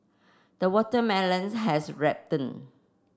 the watermelons has ripened